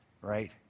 right